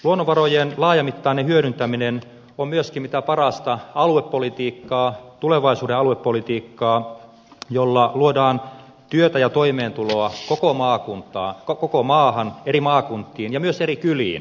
luonnonvarojen laajamittainen hyödyntäminen on myöskin mitä parasta aluepolitiikkaa tulevaisuuden aluepolitiikkaa jolla luodaan työtä ja toimeentuloa koko maahan eri maakuntiin ja myös eri kyliin